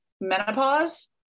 menopause